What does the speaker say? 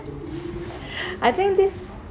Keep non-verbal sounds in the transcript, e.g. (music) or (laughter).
(breath) I think this